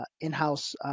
in-house